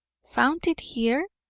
found it here?